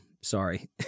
sorry